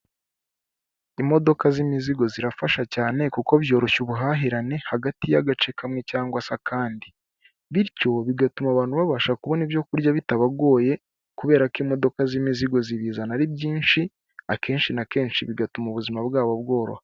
Imodoka z'imizigo zirafasha cyane kuko byoroshya ubuhahirane, hagati y'agace kamwe cyangwa se akandi bityo bigatuma abantu babasha kubona ibyo kurya bitabagoye, kubera ko imodoka z'imizigo zibizana ari byinshi akenshi na kenshi bigatuma ubuzima bwabo bworoha.